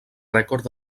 rècord